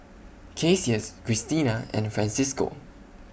Cassius Cristina and Francisco